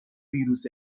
ویروس